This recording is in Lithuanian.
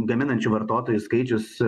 gaminančių vartotojų skaičius